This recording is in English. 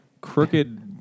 Crooked